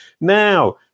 Now